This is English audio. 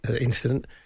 incident